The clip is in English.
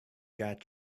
got